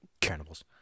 Cannibals